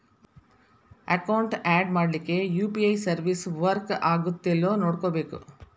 account add ಮಾಡ್ಲಿಕ್ಕೆ UPI service work ಆಗತ್ತೇಲ್ಲೋ ನೋಡ್ಕೋಬೇಕ್